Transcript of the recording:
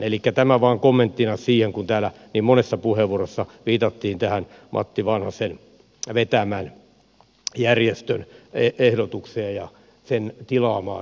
elikkä tämä vain kommenttina siihen kun täällä niin monessa puheenvuorossa viitattiin tähän matti vanhasen vetämän järjestön ehdotukseen ja sen tilaamaan tutkimukseen